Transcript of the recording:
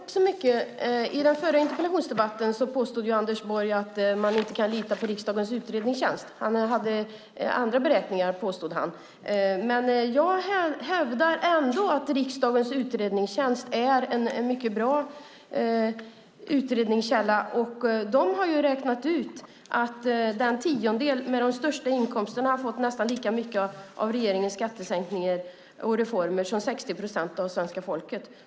Fru talman! I den förra interpellationsdebatten påstod Anders Borg att man inte kan lita på riksdagens utredningstjänst. Han hade andra beräkningar, påstod han. Jag hävdar ändå att riksdagens utredningstjänst är en mycket bra utredningskälla. De har räknat ut att den tiondel med de största inkomsterna har fått nästan lika mycket av regeringens skattesänkningar och reformer som 60 procent av svenska folket.